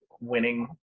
winning